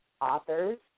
authors